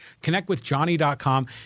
connectwithjohnny.com